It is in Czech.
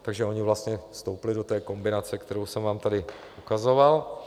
Takže oni vlastně vstoupili do té kombinace, kterou jsem vám tady ukazoval.